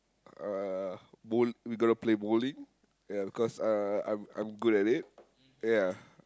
uh bowl we gonna play bowling ya because uh I'm I'm good at it ya